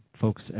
folks